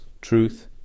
truth